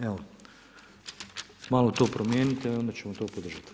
Evo malo to promijenite i onda ćemo to podržat.